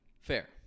Fair